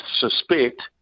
suspect